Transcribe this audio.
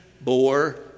bore